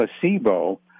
placebo